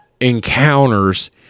encounters